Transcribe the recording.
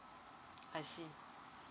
I see